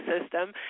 system